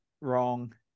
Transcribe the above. wrong